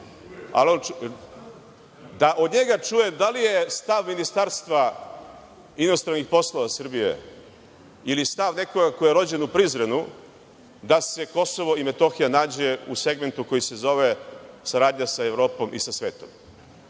i od njega čujem da li je stav Ministarstva inostranih poslova Srbije ili stav nekoga ko je rođen u Prizrenu da se KiM nađe u segmentu koji se zove – saradnja sa Evropom i sa svetom.